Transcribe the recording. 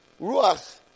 ruach